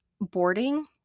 boarding